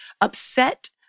upset